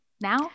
now